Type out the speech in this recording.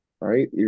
right